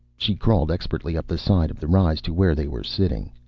she crawled expertly up the side of the rise to where they were sitting.